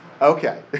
Okay